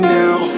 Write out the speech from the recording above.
now